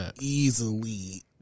easily